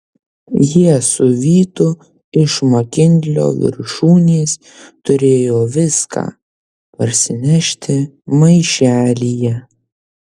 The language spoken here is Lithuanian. jie su vytu iš makinlio viršūnės turėjo viską parsinešti maišelyje